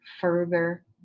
further